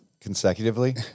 consecutively